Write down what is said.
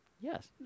Yes